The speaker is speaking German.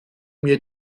mir